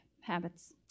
Habits